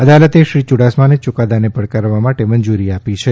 અદાલતે શ્રી યૂડાસમાને યૂકાદાને પડકારવા માટે મંજુરી આપી છે